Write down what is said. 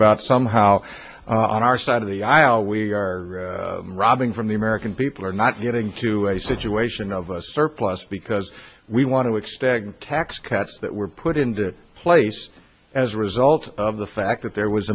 about somehow on our side of the aisle we are robbing from the american people are not getting to a situation of a surplus because we want to extend tax cuts that were put in place as a result of the fact that there was